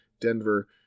Denver